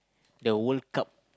the World-Cup